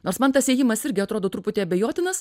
nors man tas ėjimas irgi atrodo truputį abejotinas